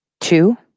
Two